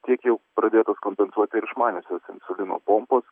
tiek jau pradėtos kompensuoti ir išmaniosios insulino pompos